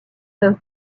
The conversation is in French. first